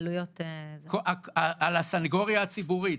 על הסניגוריה הציבורית.